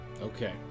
okay